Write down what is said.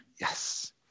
Yes